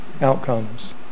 outcomes